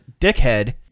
dickhead